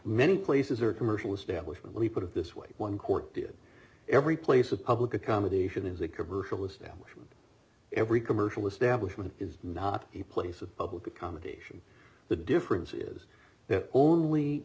many places or commercial establishment let me put it this way one court did every place a public accommodation is a commercial establishment every commercial establishment is not a place of public accommodation the difference is that only